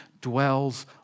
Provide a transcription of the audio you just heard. dwells